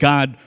God